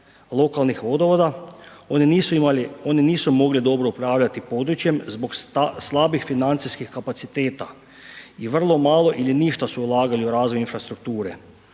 lokalnih vodovoda, oni nisu mogli dobro upravljati područjem zbog slabih financijskih kapaciteta i vrlo malo ili ništa su ulagali u razvoj infrastrukture,